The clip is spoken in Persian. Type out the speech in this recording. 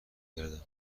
گردم